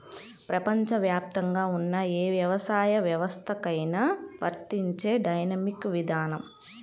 ప్రపంచవ్యాప్తంగా ఉన్న ఏ వ్యవసాయ వ్యవస్థకైనా వర్తించే డైనమిక్ విధానం